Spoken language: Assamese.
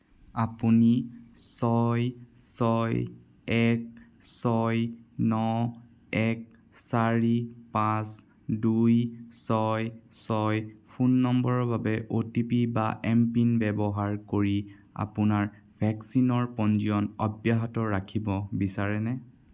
আপুনি ছয় ছয় এক ছয় ন এক চাৰি পাঁচ দুই ছয় ছয় ফোন নম্বৰৰ বাবে অ'টিপি বা এম পিন ব্যৱহাৰ কৰি আপোনাৰ ভেকচিনৰ পঞ্জীয়ন অব্যাহত ৰাখিব বিচাৰেনে